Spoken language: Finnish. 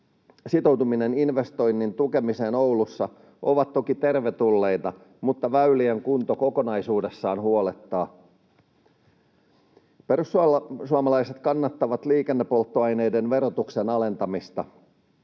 sitoutuminen investoinnin tukemiseen Oulussa ovat toki tervetulleita, mutta väylien kunto kokonaisuudessaan huolettaa. Perussuomalaiset kannattavat liikennepolttoaineiden verotuksen alentamista.